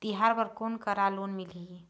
तिहार बर कोन करा लोन मिलही?